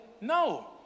no